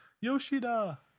Yoshida